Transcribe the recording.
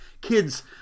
kids